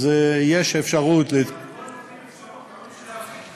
אז יש אפשרות, אבל,